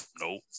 nope